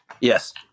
Yes